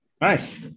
Nice